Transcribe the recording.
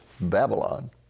Babylon